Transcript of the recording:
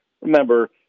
Remember